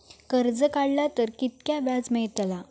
कर्ज काडला तर कीतक्या व्याज मेळतला?